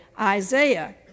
Isaiah